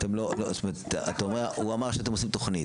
אתם לא, זאת אומרת, הוא אמר שאתם עושים תוכנית.